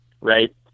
Right